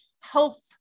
health